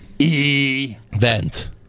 event